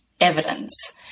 evidence